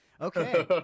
Okay